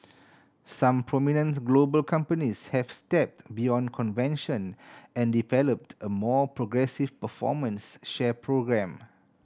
some prominents global companies have stepped beyond convention and developed a more progressive performance share programme